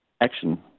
action